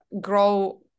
grow